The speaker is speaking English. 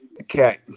Okay